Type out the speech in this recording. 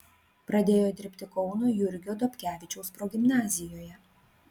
pradėjo dirbti kauno jurgio dobkevičiaus progimnazijoje